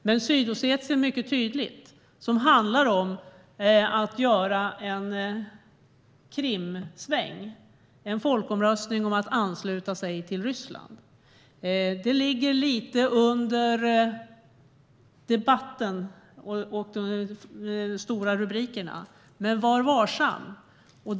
Men i Sydossetien är det mycket tydligt, där det handlar om att göra en Krimsväng, en folkomröstning om att ansluta sig till Ryssland. Det ligger lite grann utanför debatten och de stora rubrikerna. Men var varsam!